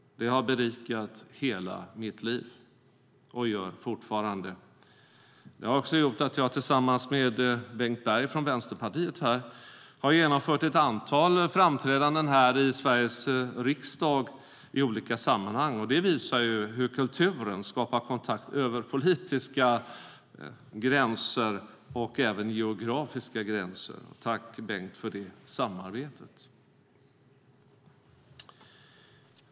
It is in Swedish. Det har berikat hela mitt liv, och det gör det fortfarande. Detta har också gjort att jag tillsammans med Bengt Berg från Vänsterpartiet har genomfört ett antal framträdanden här i Sveriges riksdag i olika sammanhang. Det visar hur kulturen skapar kontakt över politiska, och även geografiska, gränser. Tack, Bengt, för detta samarbete!